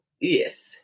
Yes